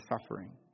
suffering